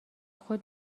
خود